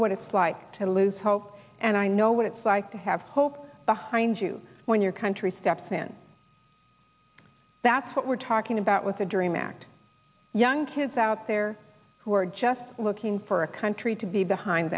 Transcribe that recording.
what it's like to lose hope and i know what it's like to have hope behind you when your country steps in that's what we're talking about with the dream act young kids out there who are just looking for a country to be behind